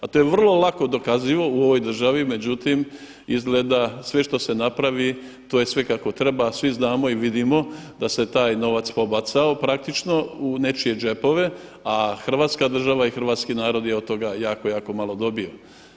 A to je vrlo lako dokazivo u ovoj državi, međutim izgleda sve što se napravi to je sve kako treba a svi znamo i vidimo da se taj novac pobacao praktično u nečije džepove, a hrvatska država i hrvatski narod je od toga jako, jako malo dobio.